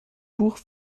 buch